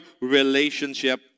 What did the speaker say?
relationship